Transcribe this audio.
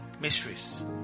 Mysteries